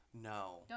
No